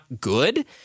good